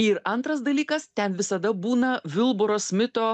ir antras dalykas ten visada būna vilboro smito